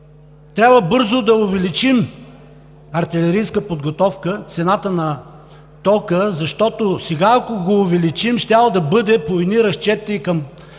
трябва бързо да увеличим с артилерийска подготовка цената на тока, защото сега ако го увеличим, щяло да бъде по едни разчети – към